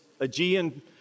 Aegean